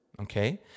Okay